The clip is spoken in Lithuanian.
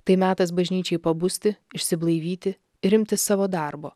tai metas bažnyčiai pabusti išsiblaivyti ir imtis savo darbo